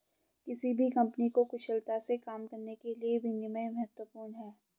किसी भी कंपनी को कुशलता से काम करने के लिए विनियम महत्वपूर्ण हैं